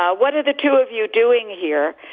ah what are the two of you doing here?